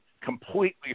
completely